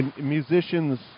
musicians